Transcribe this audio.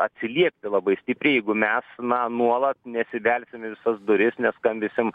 atsiliepti labai stipriai jeigu mes na nuolat nesibelsim į visas duris neskambysim